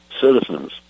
citizens